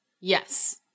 Yes